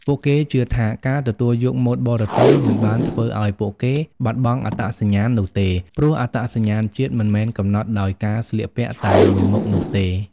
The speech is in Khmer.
ពួកគេជឿថាការទទួលយកម៉ូដបរទេសមិនបានធ្វើឲ្យពួកគេបាត់បង់អត្តសញ្ញាណនោះទេ ព្រោះអត្តសញ្ញាណជាតិមិនមែនកំណត់ដោយការស្លៀកពាក់តែមួយមុខនោះទេ។